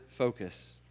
Focus